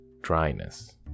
dryness